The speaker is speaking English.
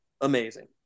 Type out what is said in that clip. amazing